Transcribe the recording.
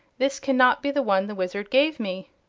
this cannot be the one the wizard gave me.